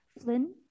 Flynn